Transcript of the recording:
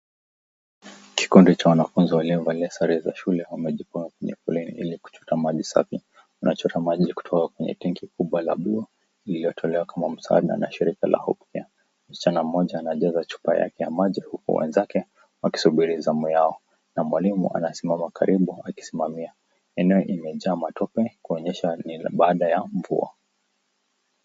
Kikundi cha wanafunzi waliovalia sare za shule wamejikonga kwenye foleni ili kuchota maji safi. Wanachota maji kutoka kwenye tenki kubwa la blue iliyotolewa kama msaada na shirika la Hope Care. Msichana mmoja anajaza chupa yake ya maji huku wenzake wakisubiri zamu yao. Na mwalimu anasimama karibu akisimamia. Eneo limejaa matope kuonyesha ni baada ya mvua.